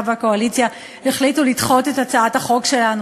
והקואליציה החליטו לדחות את הצעת החוק שלנו,